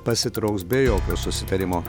pasitrauks be jokio susitarimo